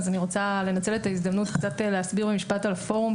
אני רוצה לנצל את ההזדמנות ולהסביר במשפט על הפורום,